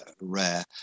rare